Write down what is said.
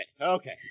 okay